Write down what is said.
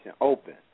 open